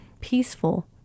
peaceful